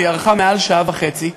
והיא ארכה מעל שעה וחצי.